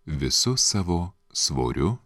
visu savo svoriu